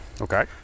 Okay